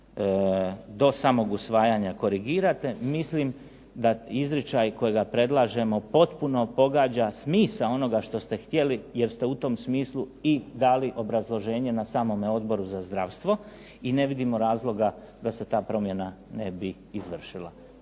do samog usvajanja korigirate. Mislim da izričaj kojega predlažemo potpuno pogađa smisao onoga što ste htjeli, jer ste u tom smislu i dali obrazloženje na samom Odboru za zdravstvo i ne vidimo razloga da se ta promjena ne bi izvršila.